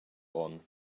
onn